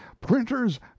printer's